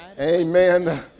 Amen